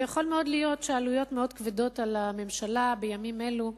ויכול מאוד להיות שהעלויות מאוד כבדות על הממשלה בימים אלה,